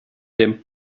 dem